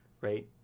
right